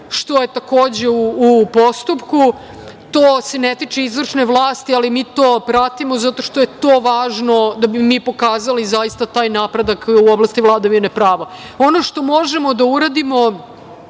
što je takođe u postupku. To se ne tiče izvršne vlasti, ali mi to pratimo zato što je to važno da bi mi pokazali zaista taj napredak u oblasti vladavine prava. Ono što možemo da uradimo